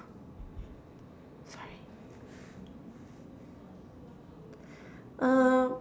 sorry um